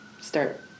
start